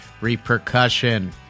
Repercussion